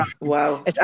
Wow